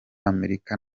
amerika